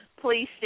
please